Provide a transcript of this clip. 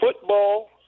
football